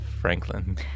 Franklin